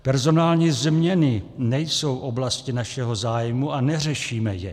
Personální změny nejsou oblasti našeho zájmu a neřešíme je.